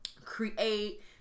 create